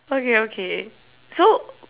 okay okay so